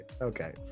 Okay